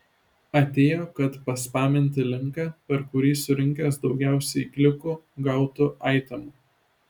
atėjo kad paspaminti linką per kurį surinkęs daugiausiai klikų gautų aitemų